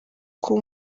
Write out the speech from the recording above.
kuba